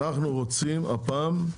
אנחנו רוצים הפעם,